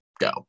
Go